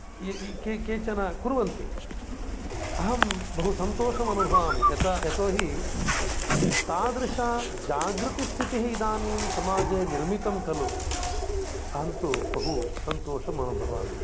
ये ये के केचन कुर्वन्ति अहं बहु सन्तोषम् अनुभवामि यत यतो हि तादृशा जागृतस्थितिः इदानीं समाजे निर्मितं खलु अहं तु बहु सन्तोषम् अनुभवामि